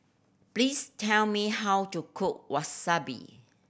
please tell me how to cook Wasabi